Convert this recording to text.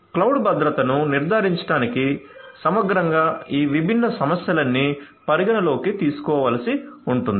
cloud భద్రతను నిర్ధారించడానికి సమగ్రంగా ఈ విభిన్న సమస్యలన్నీ పరిగణనలోకి తీసుకోవలసి ఉంటుంది